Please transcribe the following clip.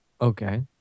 Okay